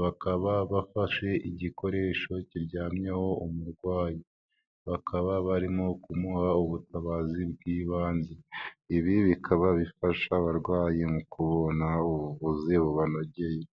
Bakaba bafashe igikoresho kiryamyeho umurwayi. Bakaba barimo kumuha ubutabazi bw'ibanze. Ibi bikaba bifasha abarwayi mu kubona ubuvuzi bubanogeye.